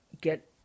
get